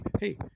Hey